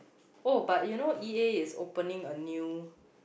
oh but you know E_A is opening a new